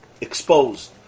exposed